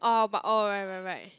orh but orh right right right